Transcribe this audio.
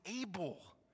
able